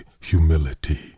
humility